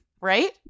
right